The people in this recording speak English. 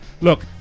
Look